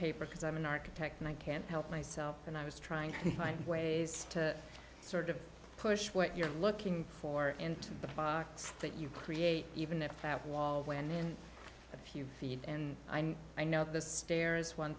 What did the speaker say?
paper because i'm an architect and i can't help myself and i was trying to find ways to sort of push what you're looking for into the box that you create even if that wall when in a few feet and i know i know the stairs one